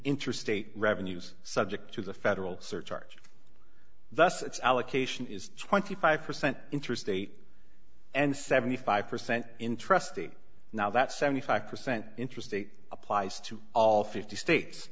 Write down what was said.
interstate revenues subject to the federal surcharge thus its allocation is twenty five percent interstate and seventy five percent interesting now that seventy five percent interest rate applies to all fifty states